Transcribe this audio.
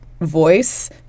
voice